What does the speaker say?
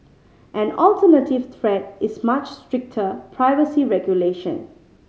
an alternative threat is much stricter privacy regulation